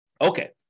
Okay